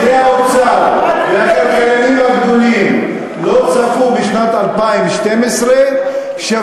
אותו בור שפקידי האוצר והכלכלנים הגדולים לא צפו בשנת 2012 שווה,